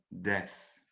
death